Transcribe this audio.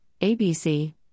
ABC